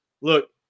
look